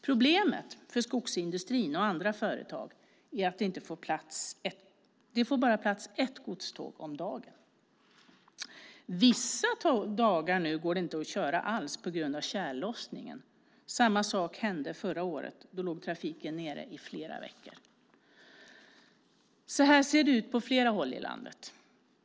Problemet för skogsindustrin och andra företag är att det bara får plats ett godståg om dagen. Vissa dagar går det nu inte att köra alls på grund av tjällossningen. Samma sak hände förra året; då låg trafiken nere i flera veckor. Så här ser det ut på fler håll i landet.